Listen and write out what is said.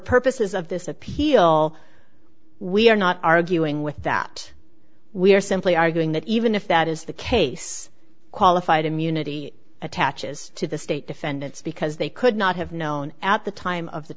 purposes of this appeal we are not arguing with that we are simply arguing that even if that is the case qualified immunity attaches to the state defendants because they could not have known at the time of the